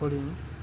ওরে